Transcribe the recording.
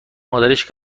مادرش